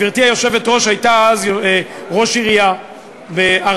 גברתי היושבת-ראש הייתה אז ראש עירייה בערד.